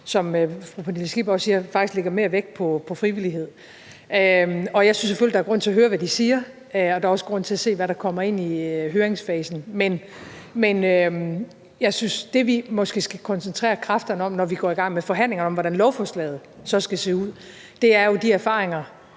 som fru Pernille Skipper også siger, faktisk lægger mere vægt på frivillighed. Jeg synes selvfølgelig, der er grund til at høre, hvad de siger, og der er også grund til at se på, hvad der kommer ind i høringsfasen. Men jeg synes måske, at det, vi skal koncentrere kræfterne om, når vi går i gang med forhandlingerne om, hvordan lovforslaget så skal se ud, er de erfaringer,